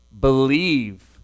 believe